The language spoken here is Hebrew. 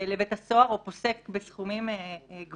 לבית הסוהר או פוסק בסכומים גבוהים,